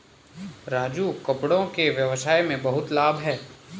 राजू कपड़ों के व्यवसाय में बहुत लाभ है